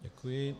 Děkuji.